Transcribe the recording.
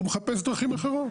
הוא מחפש דרכים אחרות.